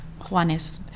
Juanes